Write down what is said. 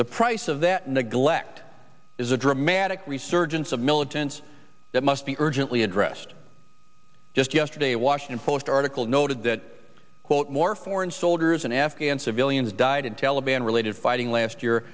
the price of that neglect is a dramatic resurgence of militants that must be urgently addressed just yesterday a washington post article noted that more foreign soldiers and afghan civilians died in taliban related fighting last year